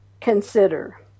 consider